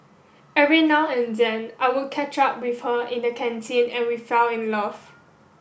every now and then I would catch up with her in the canteen and we fell in love